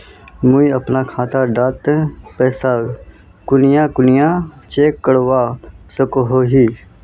मुई अपना खाता डात पैसा कुनियाँ कुनियाँ चेक करवा सकोहो ही?